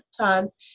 times